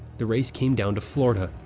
the race came down to florida,